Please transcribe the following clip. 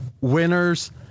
winners